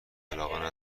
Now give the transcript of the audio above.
علاقه